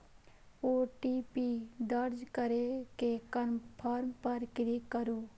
OTP दर्ज करै के कंफर्म पर क्लिक करू